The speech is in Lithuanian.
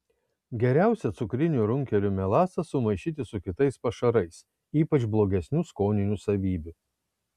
geriausia cukrinių runkelių melasą sumaišyti su kitais pašarais ypač blogesnių skoninių savybių